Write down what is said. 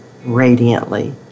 radiantly